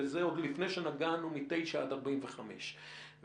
וזה עוד לפני שנגענו מתשעה עד 45 קילומטר,